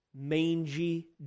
mangy